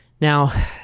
Now